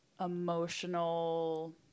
emotional